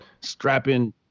strapping